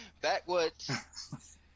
Backwoods